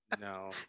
No